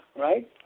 right